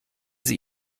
sie